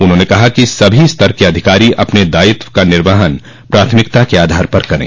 उन्होंने कहा कि सभी स्तर के अधिकारी अपने दायित्व का निर्वहन प्राथमिकता के आधार पर करें